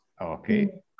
Okay